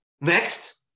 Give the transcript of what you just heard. Next